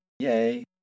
Yay